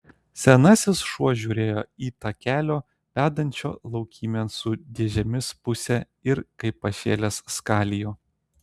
senasis šuo žiūrėjo į takelio vedančio laukymėn su dėžėmis pusę ir kaip pašėlęs skalijo